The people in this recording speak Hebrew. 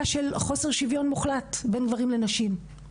של חוסר שוויון מוחלט בין גברים לנשים.